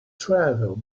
travel